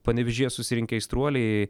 panevėžyje susirinkę aistruoliai